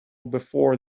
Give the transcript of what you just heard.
before